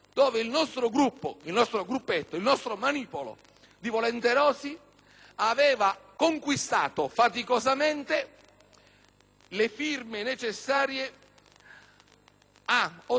aveva conquistato faticosamente le firme necessarie ad ottenere il voto segreto su una serie di emendamenti